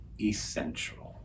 essential